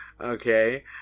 okay